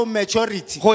maturity